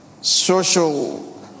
social